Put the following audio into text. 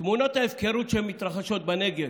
תמונות ההפקרות שמתרחשות בנגב,